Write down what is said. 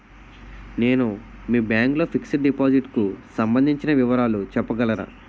నేను మీ బ్యాంక్ లో ఫిక్సడ్ డెపోసిట్ కు సంబందించిన వివరాలు చెప్పగలరా?